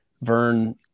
Vern